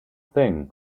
thing